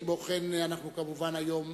כמו כן, אנחנו כמובן היום,